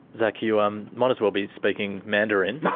zach, you um might as well be speaking mandarin.